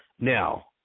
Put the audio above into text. Now